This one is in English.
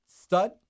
Stud